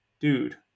dude